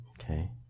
Okay